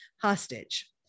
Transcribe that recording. hostage